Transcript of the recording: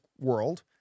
World